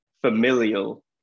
familial